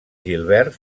gilbert